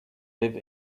live